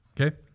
Okay